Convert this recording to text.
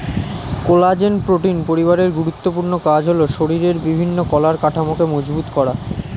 collagen protein পরিবারের গুরুত্বপূর্ণ কাজ হলো শরীরের বিভিন্ন কলার কাঠামোকে মজবুত করা